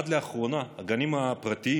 עד לאחרונה את הגנים הפרטיים,